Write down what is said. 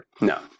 no